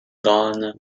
garner